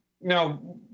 Now –